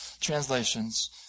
translations